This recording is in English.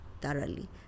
thoroughly